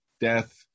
death